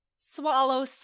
Swallow